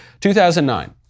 2009